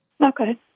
Okay